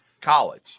College